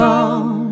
on